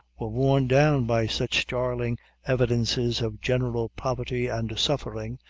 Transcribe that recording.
were worn down by such starling evidences of general poverty and suffering,